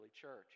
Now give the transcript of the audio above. church